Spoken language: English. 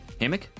Hammock